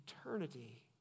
eternity